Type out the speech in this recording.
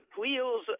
wheels